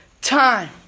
time